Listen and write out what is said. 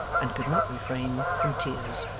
and could not refrain from tears.